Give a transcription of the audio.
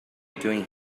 doing